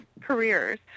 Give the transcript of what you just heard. careers